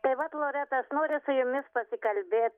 tai vat loreta aš noriu su jumis pasikalbėt